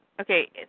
Okay